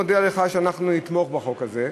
מודיע לך שאנחנו נתמוך בחוק הזה,